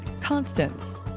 Constance